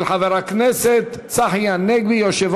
לוועדת הכלכלה נתקבלה.